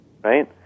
Right